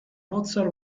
mozart